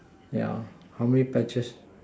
yeah how many patches